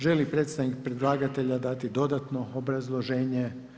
Želi li predstavnik predlagatelja dati dodatno obrazloženje?